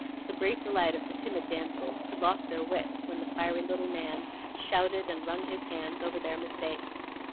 to the great delight of the timid damsels, who lost their wits when the fiery little man shouted and wrung his hands over their mistakes.